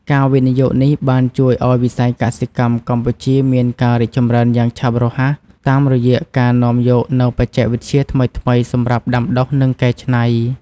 ការវិនិយោគនេះបានជួយឱ្យវិស័យកសិកម្មកម្ពុជាមានការរីកចម្រើនយ៉ាងឆាប់រហ័ស តាមរយៈការនាំយកនូវបច្ចេកវិទ្យាថ្មីៗសម្រាប់ដាំដុះនិងកែច្នៃ។